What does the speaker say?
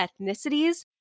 ethnicities